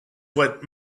what